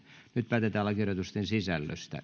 nyt päätetään lakiehdotusten sisällöstä